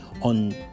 on